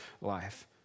life